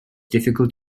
difficult